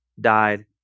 died